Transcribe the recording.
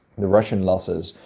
the russian losses,